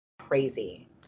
crazy